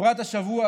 בפרט השבוע,